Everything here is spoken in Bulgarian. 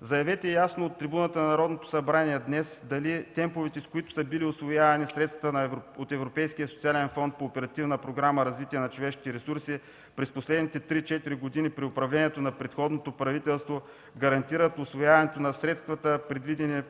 заявете ясно от трибуната на Народното събрание днес дали темповете, с които са били усвоявани средствата от Европейски социален фонд по Оперативна програма „Развитие на човешките ресурси” през последните три-четири години при управлението на предходното правителство, гарантират усвояването на средствата, предвидени